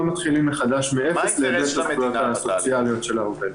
לא מתחילים מחדש מאפס להיבט של הזכויות הסוציאליות של העובד.